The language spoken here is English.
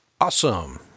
Awesome